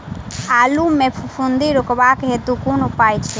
आलु मे फफूंदी रुकबाक हेतु कुन उपाय छै?